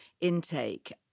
intake